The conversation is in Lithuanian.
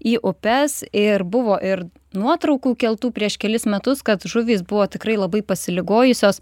į upes ir buvo ir nuotraukų keltų prieš kelis metus kad žuvys buvo tikrai labai pasiligojusios